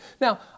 Now